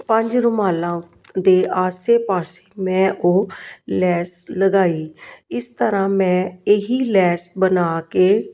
ਪੰਜ ਰੁਮਾਲਾਂ ਦੇ ਆਸੇ ਪਾਸੇ ਮੈਂ ਉਹ ਲੈਸ ਲਗਾਈ ਇਸ ਤਰ੍ਹਾਂ ਮੈਂ ਇਹ ਹੀ ਲੈਸ ਬਣਾ ਕੇ